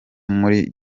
muri